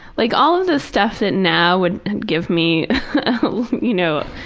like all of the stuff that now would give me you know,